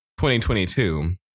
2022